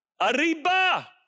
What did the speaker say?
Arriba